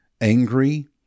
angry